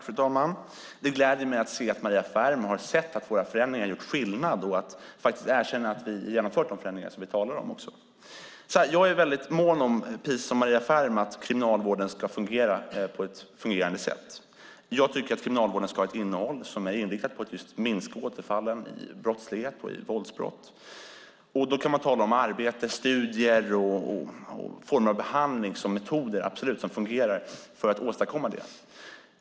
Fru talman! Det gläder mig att se att Maria Ferm har sett att våra förändringar har gjort skillnad och faktiskt erkänner att vi har genomfört de förändringar som vi talar om. Jag är, precis som Maria Ferm, väldigt mån om att kriminalvården ska fungera på ett bra sätt. Jag tycker att kriminalvården ska ha ett innehåll som är inriktat på att just minska återfallen i våldsbrottslighet och annan brottslighet. Då kan man absolut tala om arbete, studier och olika former av behandling som metoder som fungerar för att åstadkomma det.